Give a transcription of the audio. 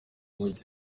mujyi